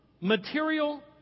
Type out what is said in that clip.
material